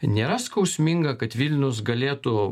nėra skausminga kad vilnius galėtų